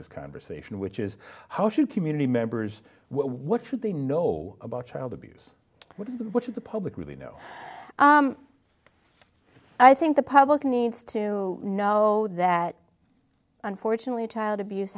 this conversation which is how should community members what should they know about child abuse what is the what should the public really know i think the public needs to know that unfortunately child abuse